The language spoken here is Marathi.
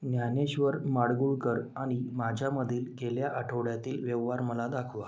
ज्ञानेश्वर माडगूळकर आणि माझ्यामधील गेल्या आठवड्यातील व्यवहार मला दाखवा